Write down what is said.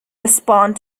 respond